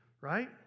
Right